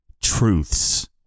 truths